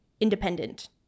independent